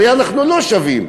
הרי אנחנו לא שווים,